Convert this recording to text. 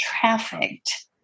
trafficked